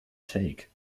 take